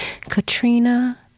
Katrina